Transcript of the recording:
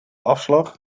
afslag